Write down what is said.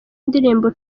indirimbo